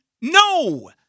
No